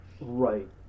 Right